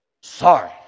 Sorry